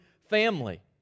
family